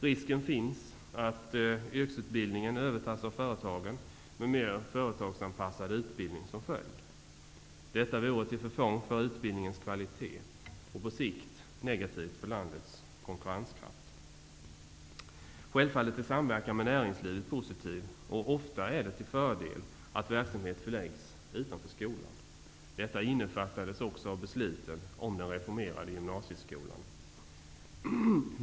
Risken finns att yrkesutbildningen övertas av företagen med mer företagsanpassad utbildning som följd. Detta vore till förfång för utbildningens kvalitet. På sikt vore det negativt för landets konkurrenskraft. Samverkan med näringslivet är självfallet positivt. Det är ofta till fördel att verksamhet förläggs utanför skolan. Detta innefattades också av besluten om den reformerade gymnasieskolan.